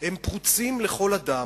הם פרוצים לכל אדם,